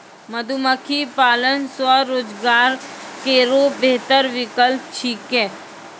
मधुमक्खी पालन स्वरोजगार केरो बेहतर विकल्प छिकै